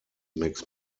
mix